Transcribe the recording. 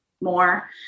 more